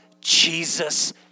Jesus